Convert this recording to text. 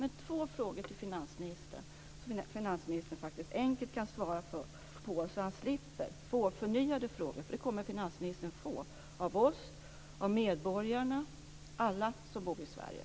Jag har alltså två frågor som finansministern enkelt kan vara på, så att han slipper få förnyade frågor - det kommer han att få av oss, av medborgarna och av alla som bor i Sverige.